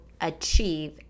achieve